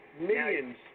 millions